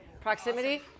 proximity